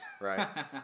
Right